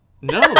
No